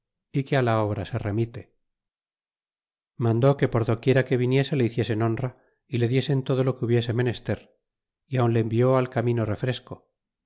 y que á la obra se remite y mandó que por do quiera que viniese le hiciesen honra y le diesen todo lo que hubiese menester y aun le envió al camino refresco